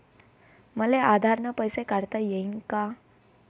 मले आधार न पैसे काढता येईन का?